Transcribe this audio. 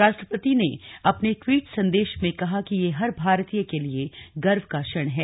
राष्ट्रपति ने अपने ट्वीट संदेश में कहा कि यह हर भारतीय के लिए गर्व का क्षण है